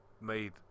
made